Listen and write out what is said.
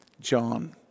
John